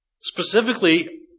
Specifically